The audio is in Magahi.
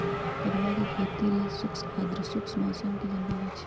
कदुआ के खेती लेल शुष्क आद्रशुष्क मौसम कें जरूरी होइ छै